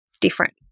different